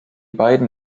beiden